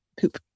poop